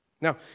Now